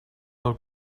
del